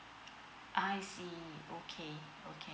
I see okay okay